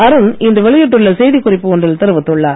அருண் இன்று வெளியிட்டுள்ள செய்திக்குறிப்பு ஒன்றில் தெரிவித்துள்ளார்